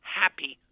happy